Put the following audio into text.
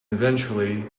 eventually